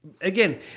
again